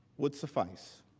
would suffice.